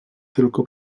tylko